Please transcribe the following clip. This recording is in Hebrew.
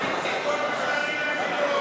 (קוראת בשמות חברי הכנסת)